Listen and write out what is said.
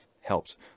helps